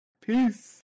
Peace